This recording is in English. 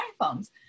iPhones